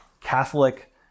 Catholic